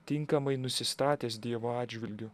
tinkamai nusistatęs dievo atžvilgiu